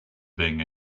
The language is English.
being